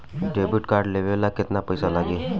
Debit card लेवे ला केतना पईसा लागी?